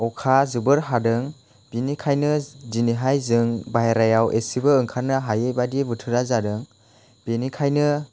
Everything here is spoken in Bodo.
अखा जोबोर हादों बिनिखायनो दिनैहाय जों बाहेरायाव एसेबो ओंखारनो हायैबादि बोथोरा जादों बिनिखायनो